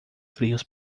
frios